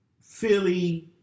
Philly